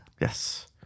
Yes